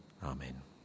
Amen